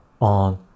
on